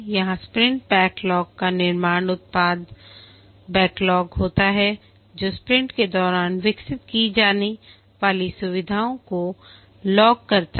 यहां sprint backlog का निर्माण उत्पाद बैकलॉग होता है जो स्प्रिंट के दौरान विकसित की जाने वाली सुविधाओं को लॉग करता है